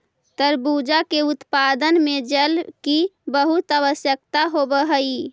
तरबूजा के उत्पादन में जल की बहुत आवश्यकता होवअ हई